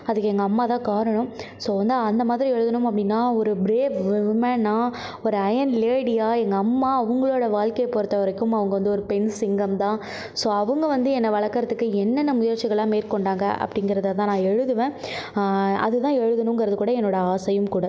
அதுக்கு எங்கள் அம்மாதான் காரணம் ஸோ வந்து அந்த மாதிரி எழுதணும் அப்படின்னா ஒரு பிரேவ் உமன்னா ஒரு அயன் லேடியாக எங்கள் அம்மா அவங்களோட வாழ்கையை பொறுத்தவரைக்கும் அவங்க வந்து ஒரு பெண் சிங்கம் தான் ஸோ அவங்க வந்து என்ன வளர்க்கறத்துக்கு என்னென்ன முயற்சிகள்லாம் மேற்கொண்டாங்க அப்படிங்கறததான் நான் எழுதுவேன் அதுதான் எழுதணுங்கிறதுக்கூட என்னோட ஆசையும் கூட